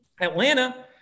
Atlanta